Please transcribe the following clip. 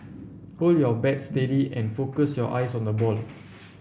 hold your bat steady and focus your eyes on the ball